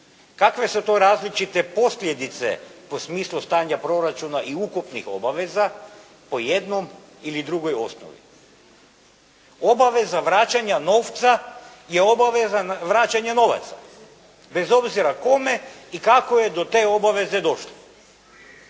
Kakve su to različite posljedice po smislu stanja proračuna i ukupnih obaveza po jednom ili drugoj osnovi. Obaveza vraćanja novca je obaveza vraćanja novaca bez obzira kome i kako je do te obaveze došlo